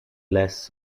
less